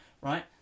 right